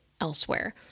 elsewhere